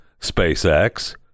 SpaceX